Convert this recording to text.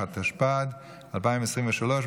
התשפ"ד 2023,